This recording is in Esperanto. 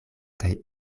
kaj